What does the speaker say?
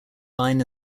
line